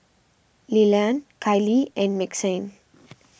Lilian Kylee and Maxine